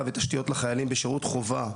ותשתיות לחיילים בשירות חובה ובמילואים.